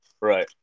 Right